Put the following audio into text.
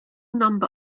number